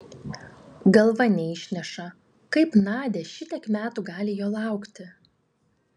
galva neišneša kaip nadia šitiek metų gali jo laukti